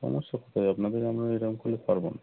সমস্যা কোথায় আপনাদের আমনারা এরকম করলে পারব না